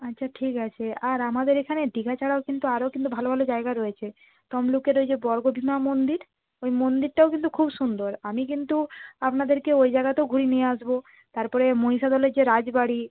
আচ্ছা ঠিক আছে আর আমাদের এখানে দীঘা ছাড়াও কিন্তু আরও কিন্তু ভালো ভালো জায়গা রয়েছে তমলুকের ওই যে বর্গভীমা মন্দির ওই মন্দিরটাও কিন্তু খুব সুন্দর আমি কিন্তু আপনাদেরকে ওই জায়গাতেও ঘুরিয়ে নিয়ে আসবো তারপরে মহিষাদলের যে রাজবাড়ি